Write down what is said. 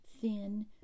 thin